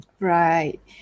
right